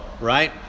right